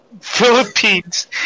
Philippines